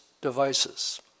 devices